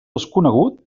desconegut